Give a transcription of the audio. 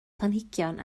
planhigion